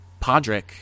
Podrick